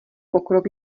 pokrok